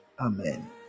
Amen